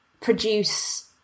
produce